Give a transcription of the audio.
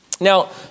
Now